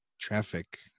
traffic